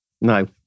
No